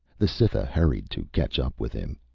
the cytha hurried to catch up with him.